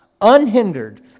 unhindered